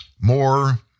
More